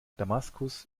damaskus